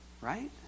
Right